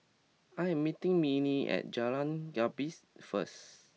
I am meeting Minnie at Jalan Gapis first